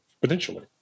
potentially